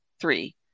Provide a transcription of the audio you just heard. Three